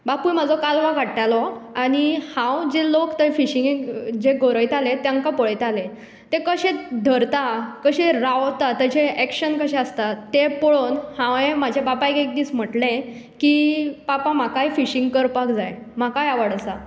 बापूय म्हजो कालवां काडटालो आनी हांव जे लोक थंय फिशींग जे गोरयतालें तांकां पळयताले ते कशे धरता कशे रावता तांचे एक्शन कशे आसता तें पळोवन हांवें म्हज्या बापायक एक दीस म्हणलें की पापा म्हाकाय फिशींग करपाक जाय म्हाकाय आवड आसा